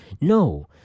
No